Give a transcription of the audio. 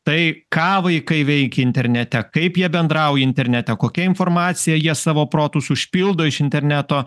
tai ką vaikai veikia internete kaip jie bendrauja internete kokia informacija jie savo protus užpildo iš interneto